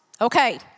Okay